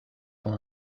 one